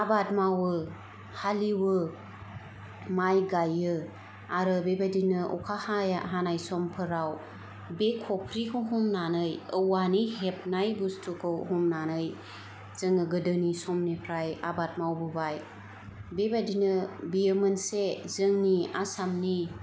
आबाद मावो हालिएउयो माय गायो आरो बे बायदिनो अखा हाया हानाय समफोराव बे खफ्रिखौ हमनानै औवानि हेबनाय बुस्थुखौ हमनानै जोङो गोदोनि समनिफ्राइ आबाद मावबोबाय बेबायदिनो बियो मोनसे जोंनि आसामनि